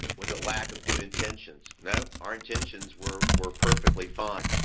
was it lack of good intentions? no, our intentions were were perfectly fine.